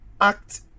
act